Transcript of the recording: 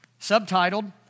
Subtitled